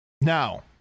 Now